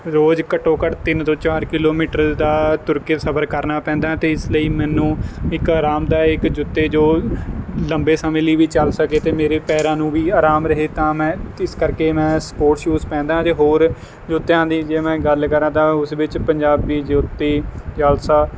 ਰੋਜ਼ ਘੱਟੋ ਘੱਟ ਤਿੰਨ ਤੋਂ ਚਾਰ ਕਿਲੋਮੀਟਰ ਦਾ ਤੁਰਕੇ ਸਫ਼ਰ ਕਰਨਾ ਪੈਂਦਾ ਤੇ ਇਸ ਲਈ ਮੈਨੂੰ ਇੱਕ ਆਰਾਮਦਾਇਕ ਜੁੱਤੇ ਜੋ ਲੰਬੇ ਸਮੇਂ ਲਈ ਵੀ ਚੱਲ ਸਕੇ ਤੇ ਮੇਰੇ ਪੈਰਾਂ ਨੂੰ ਵੀ ਆਰਾਮ ਰਹੇ ਤਾਂ ਮੈਂ ਇਸ ਕਰਕੇ ਮੈਂ ਸਪੋਰਟਸ ਸ਼ੂਜ਼ ਪਹਿਨਦਾ ਹਾਂ ਤੇ ਹੋਰ ਜੁੱਤਿਆਂ ਦੀ ਜੇ ਮੈਂ ਗੱਲ ਕਰਾਂ ਤਾਂ ਉਸ ਵਿੱਚ ਪੰਜਾਬੀ ਜੁੱਤੀ ਜਲਸਾ